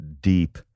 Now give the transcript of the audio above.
deep